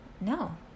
No